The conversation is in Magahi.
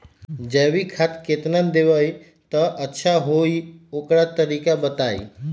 जैविक खाद केतना देब त अच्छा होइ ओकर तरीका बताई?